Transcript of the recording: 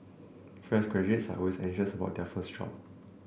fresh graduates are always anxious about their first job